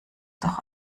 doch